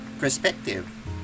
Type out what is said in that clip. perspective